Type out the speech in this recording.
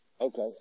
Okay